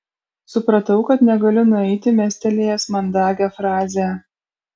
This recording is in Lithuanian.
supratau kad negaliu nueiti mestelėjęs mandagią frazę